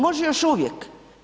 Može još uvijek.